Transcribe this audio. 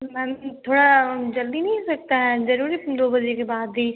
तो मैम थोड़ा जल्दी नी हो सकता है जरूरी दो बजे के बाद ही